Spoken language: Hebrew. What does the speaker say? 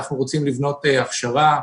אנחנו רוצים לבנות הכשרה,